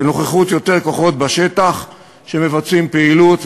מנוכחות יותר כוחות בשטח שמבצעים פעילות,